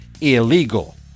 illegal